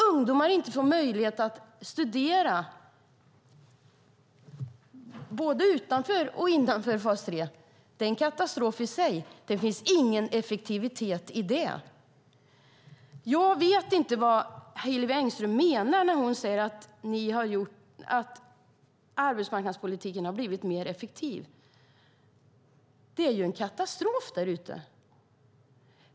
Ungdomar får inte möjlighet att studera både innanför och utanför fas 3. Det är en katastrof i sig. Det finns ingen effektivitet i det. Jag vet inte vad Hillevi Engström menar när hon säger att arbetsmarknadspolitiken har blivit mer effektiv. Det är en katastrof där ute.